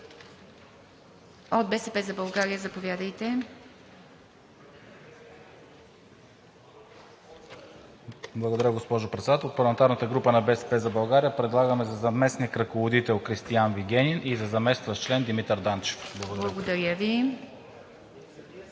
(БСП за България): Благодаря, госпожо Председател. От парламентарната група на „БСП за България“ предлагаме за заместник ръководител Кристиан Вигенин и заместващ член Димитър Данчев. ПРЕДСЕДАТЕЛ